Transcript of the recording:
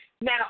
Now